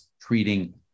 treating